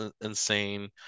insane